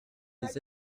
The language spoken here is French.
les